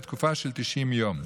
לתקופה של 90 יום.